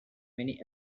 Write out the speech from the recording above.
main